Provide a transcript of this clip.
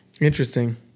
interesting